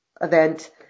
event